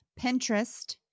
Pinterest